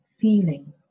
feeling